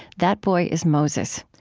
that boy is moses.